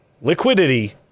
liquidity